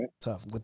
tough